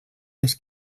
més